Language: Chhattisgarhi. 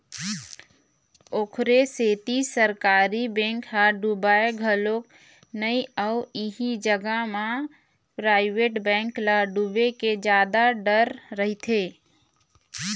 ओखरे सेती सरकारी बेंक ह डुबय घलोक नइ अउ इही जगा म पराइवेट बेंक ल डुबे के जादा डर रहिथे